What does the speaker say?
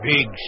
Big